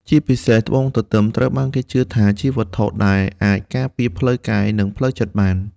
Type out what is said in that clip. ជាពិសេស ត្បូងទទឹមត្រូវបានគេជឿថាជាវត្ថុដែលអាចការពារផ្លូវកាយនិងផ្លូវចិត្តបាន។